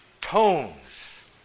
tones